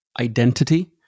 identity